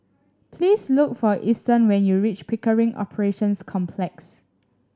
please look for Easton when you reach Pickering Operations Complex